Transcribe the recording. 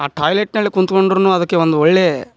ಆ ಟಾಯ್ಲೆಟ್ನಲ್ಲಿ ಕುತ್ಕೊಂಡ್ರುನು ಅದಕ್ಕೆ ಒಂದು ಒಳ್ಳೆಯ